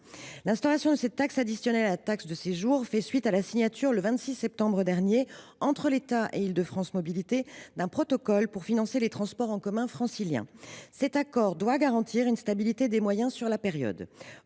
L’instauration de cette taxe additionnelle à la taxe de séjour fait suite à la signature, le 26 septembre dernier, entre l’État et Île de France Mobilités, d’un protocole pour financer les transports en commun franciliens. Cet accord doit garantir une stabilité des moyens sur la période.